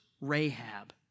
Rahab